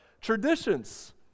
Traditions